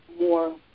more